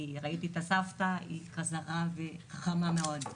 כי ראיתי את הסבתא שהייתה חזקה וחמה מאוד.